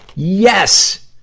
yes!